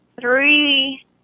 three